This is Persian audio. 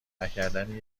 نکردن